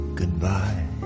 goodbye